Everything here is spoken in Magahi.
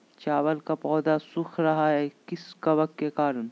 चावल का पौधा सुख रहा है किस कबक के करण?